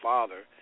Father